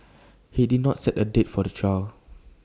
he did not set A date for the trial